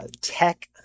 tech